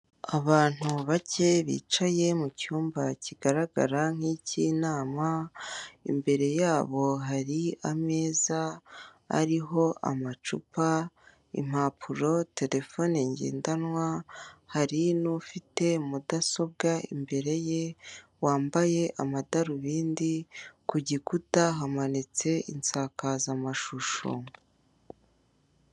Abantu bake bicaye mucyumba kigaragara nk'icyinama imbere yabo hari ameza ariho amacupa, impapuro, terefone ngendanwa, hari n'ufite mudasobwa imbere ye wambaye amadarubindi, ku gikuta hamanitse isakazamashusho.